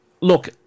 Look